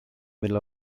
middle